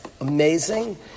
amazing